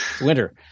Winter